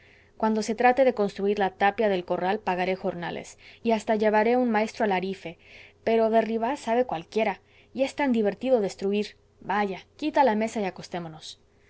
cuando se trate de construir la tapia del corral pagaré jornales y hasta llevaré un maestro alarife pero derribar sabe cualquiera y es tan divertido destruir vaya quita la mesa y acostémonos